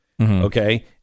Okay